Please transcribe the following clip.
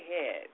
ahead